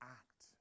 act